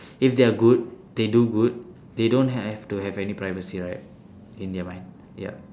if they are good they do good they don't have to have any privacy right in their mind yup